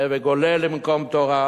והווי גולה למקום תורה,